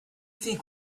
think